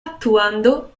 actuando